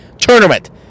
tournament